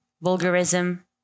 vulgarism